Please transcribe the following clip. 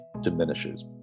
diminishes